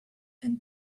and